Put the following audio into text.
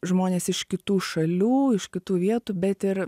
žmonės iš kitų šalių iš kitų vietų bet ir